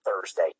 Thursday